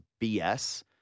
BS